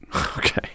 Okay